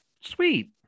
sweet